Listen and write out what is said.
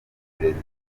perezida